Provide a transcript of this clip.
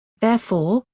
therefore,